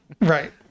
Right